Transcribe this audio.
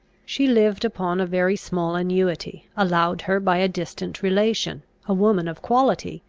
she lived upon a very small annuity, allowed her by a distant relation, a woman of quality,